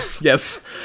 Yes